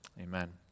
Amen